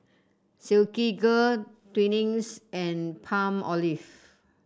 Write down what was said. Silkygirl Twinings and Palmolive